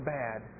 bad